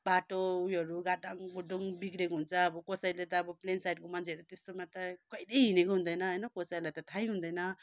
बाटो उयोहरू गाडाङ् गुडुङ् बिग्रेको हुन्छ अब कसैले त अब प्लेन साइडको मान्छेहरू त्यस्तोमा त कहिल्यै हिँडेको हुँदैन होइन कसैलाई त थाहै हुँदैन